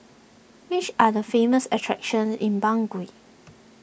which are the famous attractions in Bangui